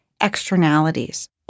externalities